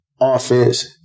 offense